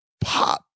pop